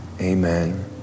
Amen